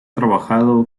trabajado